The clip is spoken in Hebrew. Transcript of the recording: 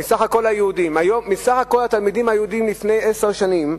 מסך כל התלמידים היהודים לפני עשר שנים.